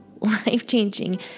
Life-changing